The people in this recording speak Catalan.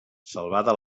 salvada